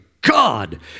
God